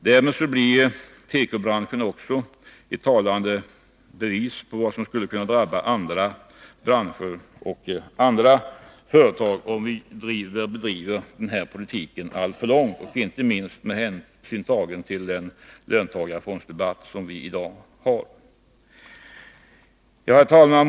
Därmed blir tekobranschen också ett talande exempel på vad som skulle kunna drabba andra branscher och andra företag, om vi driver denna politik alltför långt, inte minst med tanke på den löntagarfondsdebatt vi har i dag. Herr talman!